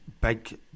big